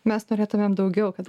mes norėtumėm daugiau kad